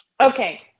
okay